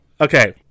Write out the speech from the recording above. okay